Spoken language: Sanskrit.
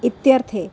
इत्यर्थे